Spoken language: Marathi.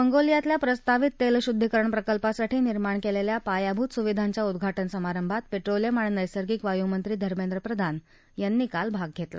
मंगोलियातल्या प्रस्तावित तृष्प्रिद्वीकरण प्रकल्पासाठी निर्माण कळिखा पायाभूत सुविधांच्या उद्वाउ समारंभात प्रिलियम आणि नद्वर्शिक वायू मंत्री धर्मेंद्र प्रधान यांनी काल भाग घस्का